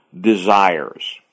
desires